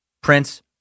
prince